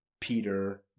Peter